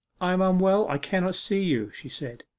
i am unwell, i cannot see you she said.